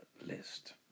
list